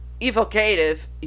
evocative